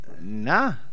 Nah